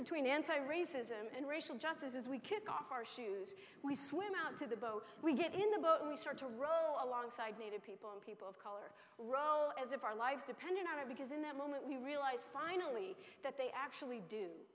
between anti racism and racial justice is we kick off our shoes we swim out to the boat we get in the boat we start to row alongside native people and people of color row as if our lives depended on it because in that moment we realize finally that they actually do